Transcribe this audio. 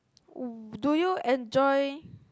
w~ do you enjoy